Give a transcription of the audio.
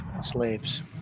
slaves